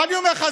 ואני אומר לך,